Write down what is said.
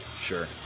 Sure